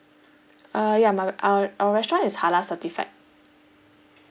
uh ya my our our restaurant is halal certified